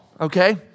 okay